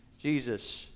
Jesus